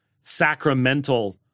sacramental